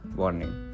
warning